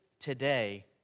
today